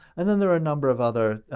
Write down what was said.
and then there are a number of other